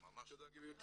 תודה גברתי.